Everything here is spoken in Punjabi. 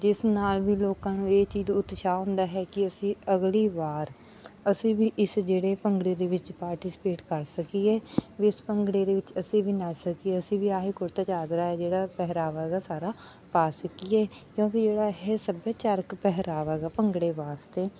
ਜਿਸ ਨਾਲ ਵੀ ਲੋਕਾਂ ਨੂੰ ਇਹ ਚੀਜ਼ ਉਤਸ਼ਾਹ ਹੁੰਦਾ ਹੈ ਕਿ ਅਸੀਂ ਅਗਲੀ ਵਾਰ ਅਸੀਂ ਵੀ ਇਸ ਜਿਹੜੇ ਭੰਗੜੇ ਦੇ ਵਿੱਚ ਪਾਰਟੀਸਪੇਟ ਕਰ ਸਕੀਏ ਵੀ ਇਸ ਭੰਗੜੇ ਦੇ ਵਿੱਚ ਅਸੀਂ ਵੀ ਨੱਚ ਸਕੀਏ ਅਸੀਂ ਵੀ ਇਹੀ ਕੁੜਤਾ ਚਾਦਰਾ ਜਿਹੜਾ ਪਹਿਰਾਵਾ ਹੈਗਾ ਸਾਰਾ ਪਾ ਸਕੀਏ ਕਿਉਂਕਿ ਜਿਹੜਾ ਇਹ ਸੱਭਿਆਚਾਰਕ ਪਹਿਰਾਵਾ ਹੈਗਾ ਭੰਗੜੇ ਵਾਸਤੇ